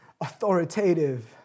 authoritative